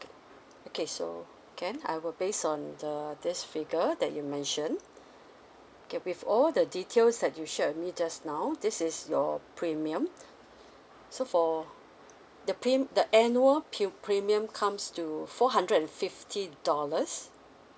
okay so can I will base on the this figure that you mentioned okay with all the details that you shared with me just now this is your premium so for the pre the annual pre premium comes to four hundred and fifty dollars